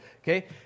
Okay